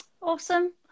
Awesome